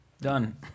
Done